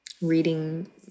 reading